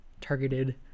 targeted